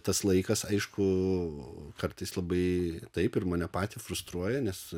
tas laikas aišku kartais labai taip ir mane patį frustruoja nes